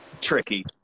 tricky